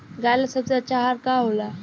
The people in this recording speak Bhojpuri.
गाय ला सबसे अच्छा आहार का होला?